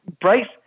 Bryce